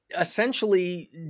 essentially